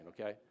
okay